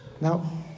Now